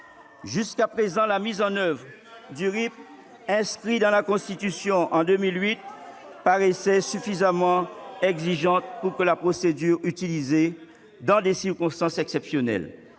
Jusqu'à présent, la mise en oeuvre du RIP, inscrit dans la Constitution en 2008, paraissait suffisamment exigeante pour que la procédure ne soit utilisée que dans des circonstances exceptionnelles.